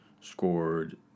Scored